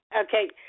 Okay